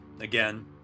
again